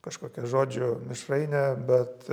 kažkokia žodžių mišrainė bet